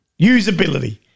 usability